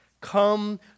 Come